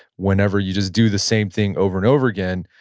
whenever you just do the same thing over and over again,